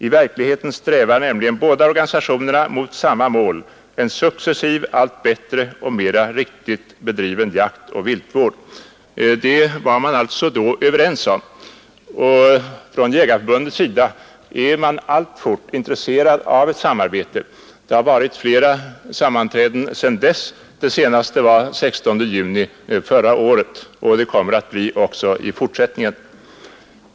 I verkligheten strävar nämligen båda —— organisationerna mot samma mål — en successivt allt bättre och mera a IRS Detta var man alltså då överens om. Från Jägareförbundets sida är =” sförbund-Landsbygdens jägare man alltfort intresserad av ett samarbete. Det har hållits flera sammanträden sedan dess — det senaste var den 16 juni förra året — och det kommer att ske också i fortsättningen.